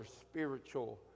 spiritual